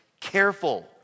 careful